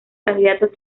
candidatos